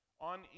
on